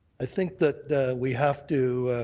i think that we have to